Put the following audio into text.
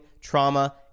trauma